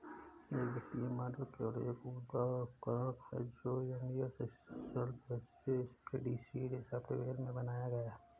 एक वित्तीय मॉडल केवल एक उपकरण है जो एमएस एक्सेल जैसे स्प्रेडशीट सॉफ़्टवेयर में बनाया गया है